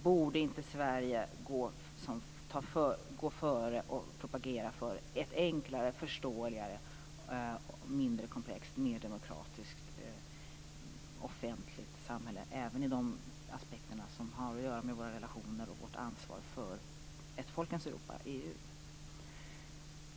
Borde inte Sverige gå före och propagera för ett enklare, förståeligare, mindre komplext, mer demokratiskt offentligt samhälle, även i de aspekter som har att göra med våra relationer och vårt ansvar för ett folkens Europa, EU?